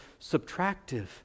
subtractive